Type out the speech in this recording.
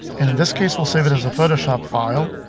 and in this case we'll save it as a photoshop file.